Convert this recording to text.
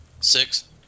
Six